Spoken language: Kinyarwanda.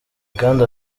kandi